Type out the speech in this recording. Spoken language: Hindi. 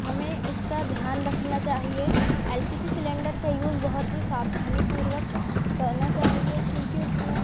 हमें इसका ध्यान रखना चाहिए एल पी जी सिलेंडर का यूज़ बहुत ही सावधानीपूर्वक करना चाहिए क्योंकि उसमें